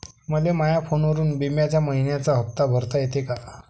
मले माया फोनवरून बिम्याचा मइन्याचा हप्ता भरता येते का?